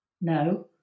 No